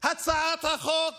החוק הזה הצעת החוק